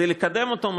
כדי לקדם אותו,